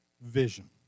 vision